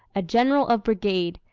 a general of brigade,